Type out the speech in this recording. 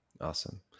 awesome